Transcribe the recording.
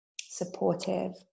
supportive